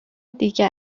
دیگه